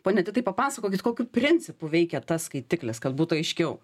pone titai papasakokit kokiu principu veikia tas skaitiklis kad būtų aiškiau